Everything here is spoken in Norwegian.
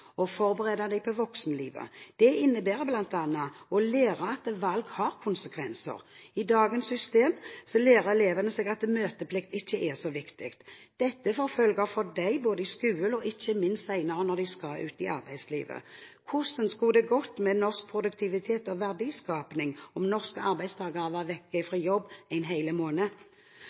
og forberede dem på voksenlivet. Det innebærer bl.a. å lære at valg har konsekvenser. I dagens system lærer elevene seg at møteplikt ikke er så viktig. Dette får følger for dem både i skolen og ikke minst senere når de skal ut i arbeidslivet. Hvordan skulle det gått med norsk produktivitet og verdiskaping om norske arbeidstakere var borte fra jobb en hel måned?